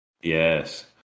Yes